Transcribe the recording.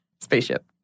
Spaceship